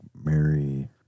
Mary